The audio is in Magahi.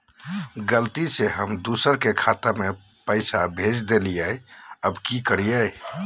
गलती से हम दुसर के खाता में पैसा भेज देलियेई, अब की करियई?